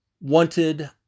wanted